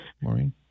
Maureen